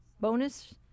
bonus